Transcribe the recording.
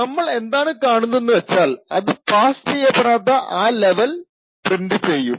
നമ്മൾ എന്താണ് കാണുന്നതെന്ന് വച്ചാൽ അത് പാസ്സ് ചെയ്യപ്പെടാത്ത ആ ലെവൽ പ്രിൻറ് ചെയ്യും